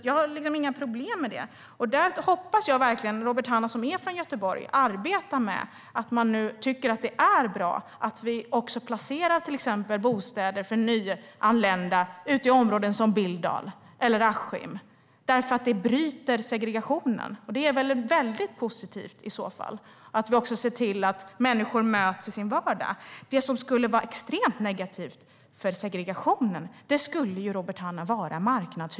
Jag har inga problem med det. Jag hoppas att Robert Hannah, som är från Göteborg, tycker att det är bra och arbetar för att placera till exempel bostäder för nyanlända i områden som Billdal och Askim för att bryta segregationen. Det är väl positivt om vi ser till att människor möts i vardagen. Något som skulle vara extremt negativt och öka segregationen är marknadshyror, Robert Hannah.